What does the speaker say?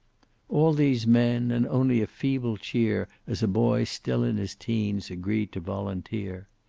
all these men, and only a feeble cheer as a boy still in his teens agreed to volunteer.